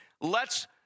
lets